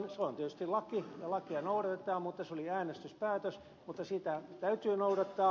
se on tietysti laki ja lakia noudatetaan mutta se oli äänestyspäätös ja sitä täytyy noudattaa